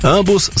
Ambos